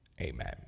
Amen